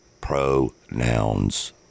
pronouns